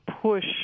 push